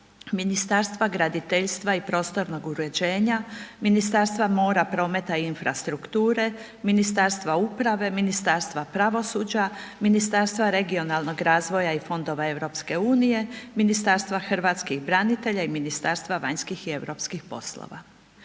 Ministarstva graditeljstva i prostornog uređenja, Ministarstva mora, prometa i infrastrukture, Ministarstva uprave, Ministarstva pravosuđa, Ministarstva regionalnog razvoja i fondova EU, Ministarstva hrvatskih branitelja i Ministarstva vanjskih i europskih poslova.